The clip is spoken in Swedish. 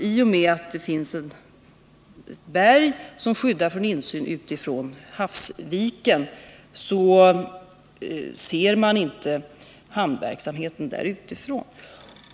I och med att det finns ett berg som förhindrar insyn utifrån havsviken kan man inte se hamnverksamheten därifrån.